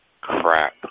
Crap